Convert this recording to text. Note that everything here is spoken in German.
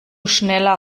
schneller